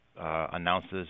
announces